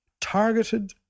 targeted